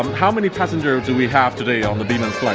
um how many passengers do we have today on the biman flight?